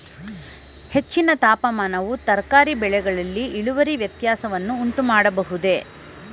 ಹೆಚ್ಚಿನ ತಾಪಮಾನವು ತರಕಾರಿ ಬೆಳೆಗಳಲ್ಲಿ ಇಳುವರಿ ವ್ಯತ್ಯಾಸವನ್ನು ಉಂಟುಮಾಡಬಹುದೇ?